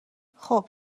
خوب